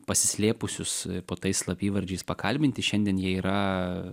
pasislėpusius po tais slapyvardžiais pakalbinti šiandien jie yra